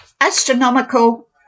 astronomical